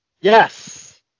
Yes